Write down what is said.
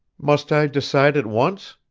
must i decide at once?